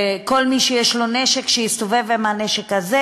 כל מי שיש לו נשק שיסתובב עם הנשק הזה,